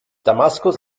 damaskus